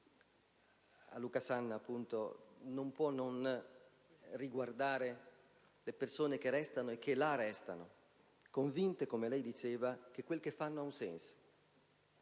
accaduto a Luca Sanna, appunto, non può non riguardare le persone che restano, e che là restano, convinte come lei diceva che quel che fanno ha un senso.